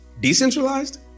decentralized